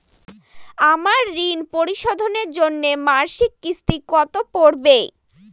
আমার ঋণ পরিশোধের জন্য মাসিক কিস্তি কত পড়বে?